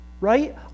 right